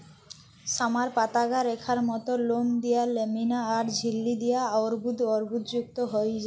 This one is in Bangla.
সামার পাতাগা রেখার মত লোম দিয়া ল্যামিনা আর ঝিল্লি দিয়া অর্বুদ অর্বুদযুক্ত হই রয়